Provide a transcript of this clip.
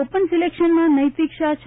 open સીમેકશનમાં નૈતિક શાહ હ